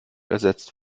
ersetzt